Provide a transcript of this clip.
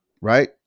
right